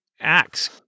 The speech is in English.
acts